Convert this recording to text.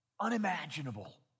unimaginable